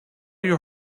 your